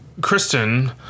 Kristen